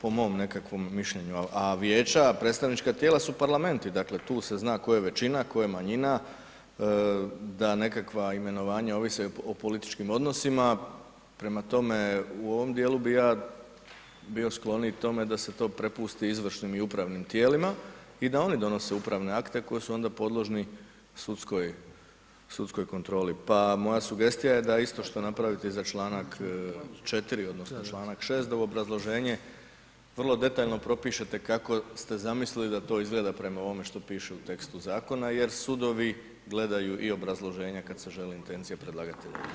Po mom nekakvom mišljenju, a vijeća, predstavnička tijela su parlamenti, dakle, tu se zna tko je većina, tko je manjina, da nekakva imenovanja odnose o političkim odnosima, prema tome, u ovom dijelu bi ja bio skloniji tome da se to prepusti izvršnim i upravnim tijelima i da one donose upravne akte koji su onda podložni sudskoj kontroli, pa moja sugestija je da isto što napravite za čl. 4., odnosno čl. 6. da u obrazloženje vrlo detaljno propišete kako ste zamislili da to izgleda prema ovome što piše u tekstu zakona jer sudovi gledaju i obrazloženja kad se želi intencija predlagatelja